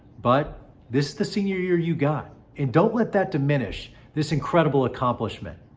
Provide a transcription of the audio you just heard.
but this the senior year you got and don't let that diminish this incredible accomplishment.